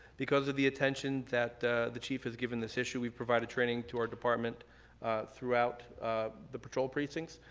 because of the attention that the chief has given this issue, we've provided training to our department throughout the patrol precinct.